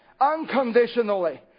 Unconditionally